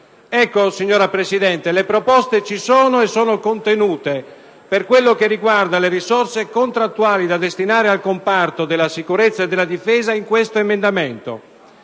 Ecco, signora Presidente, le proposte ci sono e sono contenute. Per quello che riguarda le risorse contrattuali da destinare al comparto della sicurezza e della difesa, in questo emendamento